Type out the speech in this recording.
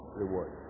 reward